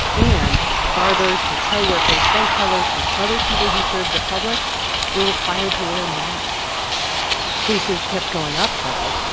and barbers, hotel workers, bank tellers and other people who served the public were required to wear masks cases kept going up, though.